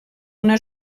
una